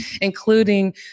including